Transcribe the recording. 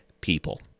people